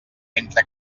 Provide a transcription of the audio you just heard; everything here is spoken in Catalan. mentre